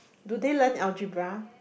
do they learn algebra